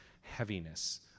heaviness